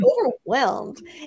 overwhelmed